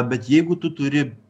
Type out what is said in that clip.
bet jeigu tu turi